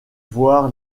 voir